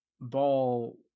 ball